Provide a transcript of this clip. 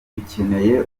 ducyeneye